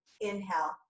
inhale